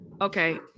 Okay